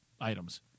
items